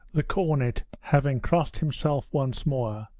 the cornet, having crossed himself once more,